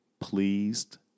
pleased